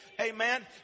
Amen